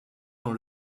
dans